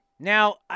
Now